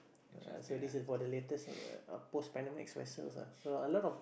uh so this is for the latest uh post Panamax vessels ah so a lot of